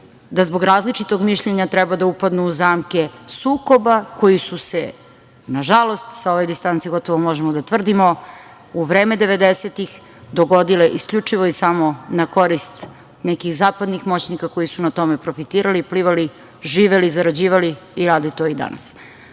da zbog različitog mišljenja treba da upadnu u zamke sukoba koji su se nažalost, sa ove distance gotovo možemo da tvrdimo, u vreme devedesetih dogodile isključivo i samo na korist nekih zapadnih moćnika koji su na tome profitirali, plivali, živeli, zarađivali i rade to i danas. Ne